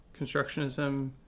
constructionism